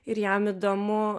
ir jam įdomu